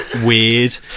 weird